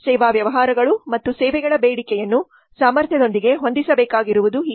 ಸೇವಾ ವ್ಯವಹಾರಗಳು ತಮ್ಮ ಸೇವೆಗಳ ಬೇಡಿಕೆಯನ್ನು ಸಾಮರ್ಥ್ಯದೊಂದಿಗೆ ಹೊಂದಿಸಬೇಕಾಗಿರುವುದು ಹೀಗೆ